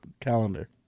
calendar